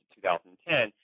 2010